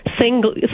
single